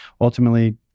ultimately